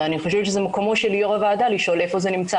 ואני חושבת שזה מקומו של יו"ר הוועדה לשאול איפה זה נמצא.